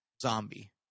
Zombie